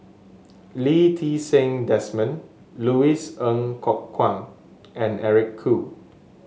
Lee Ti Seng Desmond Louis Ng Kok Kwang and Eric Khoo